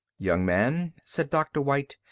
young man, said dr. white,